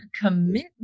Commitment